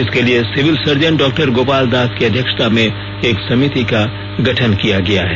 इसके लिए civil surgeon डॉ गोपाल दास की अध्यक्षता में एक समिति का गठन किया गया है